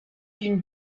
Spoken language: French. d’une